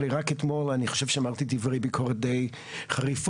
הרי רק אתמול אני חושב שאמרתי דברי ביקורת די חריפים,